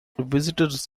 visitors